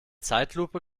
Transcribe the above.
zeitlupe